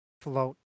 float